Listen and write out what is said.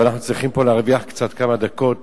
אבל אנחנו צריכים להרוויח פה כמה דקות